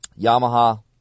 Yamaha